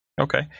Okay